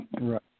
Right